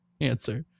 answer